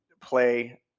play